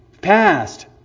Past